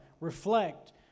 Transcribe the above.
Reflect